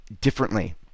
differently